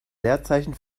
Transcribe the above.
leerzeichen